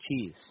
Cheese